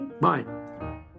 Bye